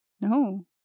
No